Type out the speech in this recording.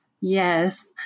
Yes